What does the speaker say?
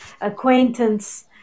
acquaintance